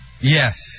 Yes